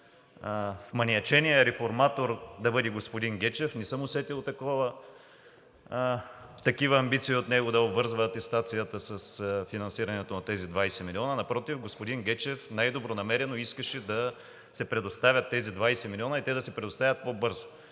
вманиаченият реформатор да бъде господин Гечев, не съм усетил такива амбиции от него – да обвързва атестацията с финансирането на тези 20 милиона, напротив, господин Гечев най-добронамерено искаше да се предоставят тези 20 милиона и те да се предоставят по-бързо.